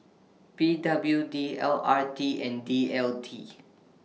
P W D L R T and D T L